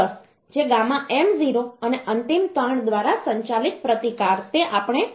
10 જે gamma m0 અને અંતિમ તાણ દ્વારા સંચાલિત પ્રતિકાર તે આપણે 1